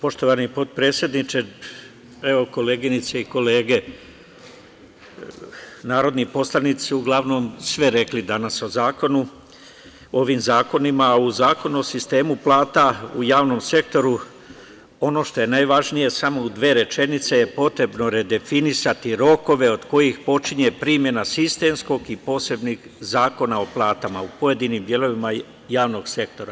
Poštovani potpredsedniče, koleginice i kolege, narodni poslanici su uglavnom sve rekli danas o ovim zakonima, a u Zakonu o sistemu plata u javnom sektoru, ono što je najvažnije, samo u dve rečenice - potrebno je redefinisati rokove od kojih počinje primena sistemskog i posebnih zakona o platama u pojedinim delovima javnog sektora.